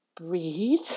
breathe